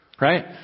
Right